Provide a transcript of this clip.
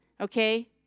Okay